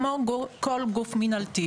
כמו כל גוף מנהלתי,